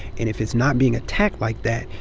and if it's not being attacked like that,